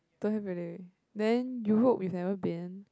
don't have ready then Europe you've never been